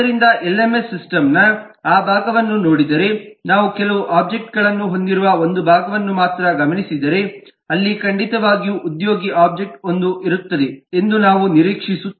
ಆದ್ದರಿಂದ LMS system ನ ಆ ಭಾಗವನ್ನು ನೋಡಿದರೆ ನಾವು ಕೆಲವು ಒಬ್ಜೆಕ್ಟ್ಗಳನ್ನು ಹೊಂದಿರುವ ಒಂದು ಭಾಗವನ್ನು ಮಾತ್ರ ಗಮನಿಸಿದರೆ ಅಲ್ಲಿ ಖಂಡಿತವಾಗಿಯೂ ಉದ್ಯೋಗಿ ಒಬ್ಜೆಕ್ಟ್ ಒಂದು ಇರುತ್ತದೆ ಎಂದು ನಾವು ನಿರೀಕ್ಷಿಸುತ್ತೇವೆ